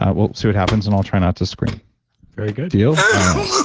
ah we'll see what happens and i'll try not to scream very good deal? all right.